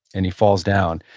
and he falls down,